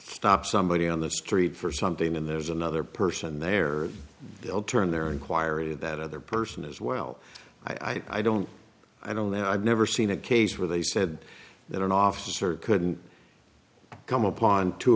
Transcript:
stops somebody on the street for something and there's another person there they'll turn their inquiry that other person is well i don't i don't i've never seen a case where they said that an officer couldn't come upon two